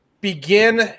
begin